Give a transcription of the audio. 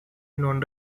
nunn